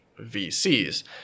VCs